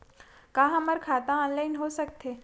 का हमर खाता ऑनलाइन हो सकथे?